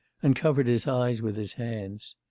and covered his eyes with his hands.